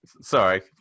sorry